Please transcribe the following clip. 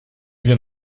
wir